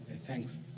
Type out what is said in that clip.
Thanks